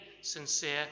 sincere